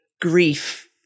grief